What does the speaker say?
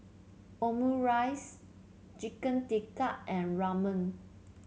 Omurice Chicken Tikka and Ramen